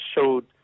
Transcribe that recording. showed